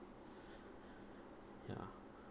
ya